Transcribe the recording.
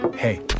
Hey